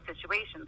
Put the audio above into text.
situations